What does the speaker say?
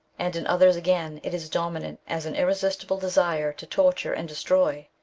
and in others again it is dominant as an irresist ible desire to torture and destroy.